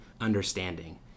understanding